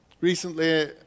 Recently